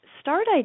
start